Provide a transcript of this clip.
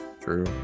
True